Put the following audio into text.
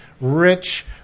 rich